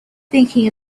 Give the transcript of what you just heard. thinking